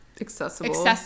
accessible